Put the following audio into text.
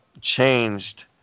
changed